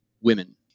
women